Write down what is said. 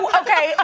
okay